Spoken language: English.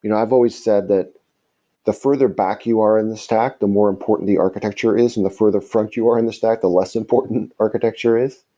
you know i've always said that the further back you are in the stack, the more important the architecture is. and the further front you are in the stack, the less important architecture is.